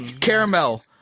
caramel